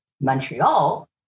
Montreal